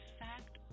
fact